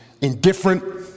indifferent